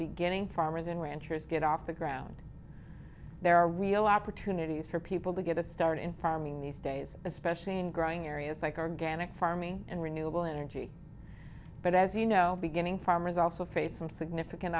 beginning farmers and ranchers get off the ground there are real opportunities for people to get a start in farming these days especially in growing areas like organic farming and renewable energy but as you know beginning farmers also faced some significant